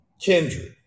kindred